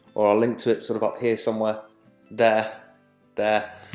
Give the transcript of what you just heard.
or i'll link to it, sort of up here somewhere there there.